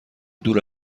دور